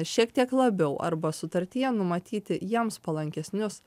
šiek tiek labiau arba sutartyje numatyti jiems palankesnius